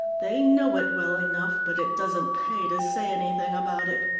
they know it well enough, but it doesn't pay to say anything about it.